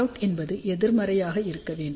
Rout என்பது எதிர்மறையாக இருக்க வேண்டும்